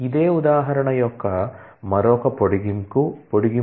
ఇదే ఉదాహరణ యొక్క మరొక పొడిగింపు